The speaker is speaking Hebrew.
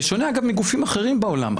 בושנה, אגב, מגופיפם אחרים בעולם.